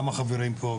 גם החברים פה,